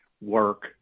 work